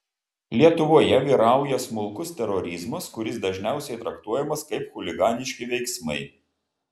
lietuvoje vyrauja smulkus terorizmas kuris dažniausiai traktuojamas kaip chuliganiški veiksmai